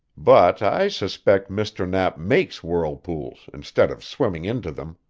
but i suspect mr. knapp makes whirlpools instead of swimming into them,